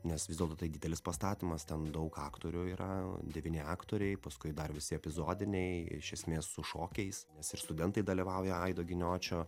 nes vis dėlto tai didelis pastatymas ten daug aktorių yra devyni aktoriai paskui dar visi epizodiniai iš esmės su šokiais nes ir studentai dalyvauja aido giniočio